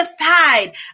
aside